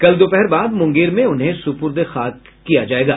कल दोपहर बाद मुंगेर में उन्हें सुपुर्दे खाक किया जायेगा